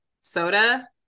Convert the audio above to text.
soda